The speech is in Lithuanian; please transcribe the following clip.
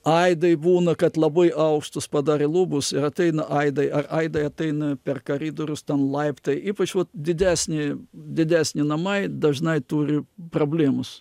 aidai būna kad labai aukštus padarė lubos ir ateina aidai ar aidai ateina per karidorius ten laiptai ypač vat didesni didesni namai dažnai turi problemos